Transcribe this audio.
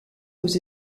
aux